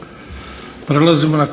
Prelazimo na